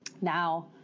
now